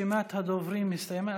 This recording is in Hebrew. רשימת הדוברים הסתיימה.